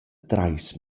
trais